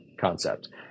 concept